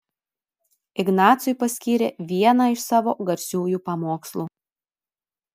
ignacui paskyrė vieną iš savo garsiųjų pamokslų